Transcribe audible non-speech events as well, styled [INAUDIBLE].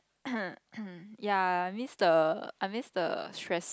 [NOISE] ya I miss the I miss the stress